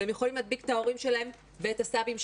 והם יכולים להדביק את ההורים שלהם ואת הסבים שלהם.